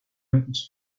ens